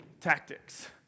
tactics